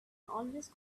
always